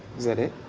that it?